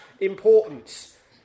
importance